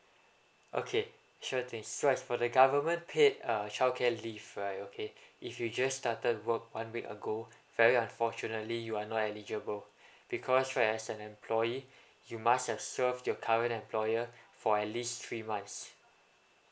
okay sure thing so as for the government paid uh childcare leave right okay if you just started work one week ago very unfortunately you are not eligible because right as an employee you must have served your current employer for at least three months